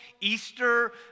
Easter